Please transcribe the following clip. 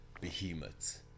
behemoth